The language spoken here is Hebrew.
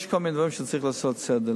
יש כל מיני דברים שצריך לעשות בהם סדר.